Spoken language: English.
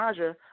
Naja